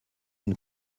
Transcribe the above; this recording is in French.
une